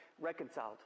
reconciled